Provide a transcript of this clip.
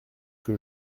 que